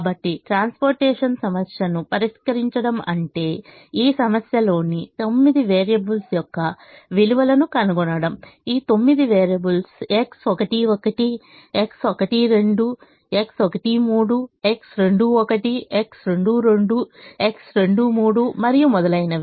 కాబట్టి ట్రాన్స్పోర్టేషన్ సమస్యను పరిష్కరించడం అంటే ఈ సమస్యలోని తొమ్మిది వేరియబుల్స్ యొక్క విలువలను కనుగొనడం ఈ తొమ్మిది variables X11 X12 X13 X21 X22 X23 మరియు మొదలైనవి